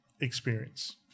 experience